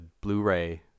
Blu-ray